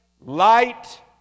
Light